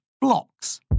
blocks